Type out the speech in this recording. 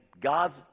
God's